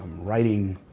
writing,